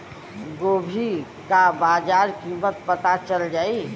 गोभी का बाजार कीमत पता चल जाई?